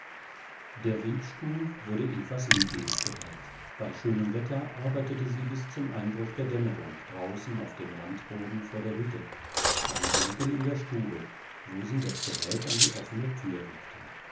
der webstuhl wurde evas lieblingsgerät bei schönem wetter arbeitete sie bis zum einbruch der dämmerung draußen auf dem randboden vor der hütte bei regen in der stube wo sie das gerät an die offene tür rückte